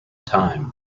time